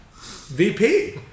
VP